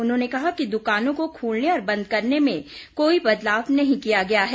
उन्होंने कहा कि दुकानों को खोलने और बंद करने में कोई बदलाव नहीं किया गया है